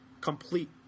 complete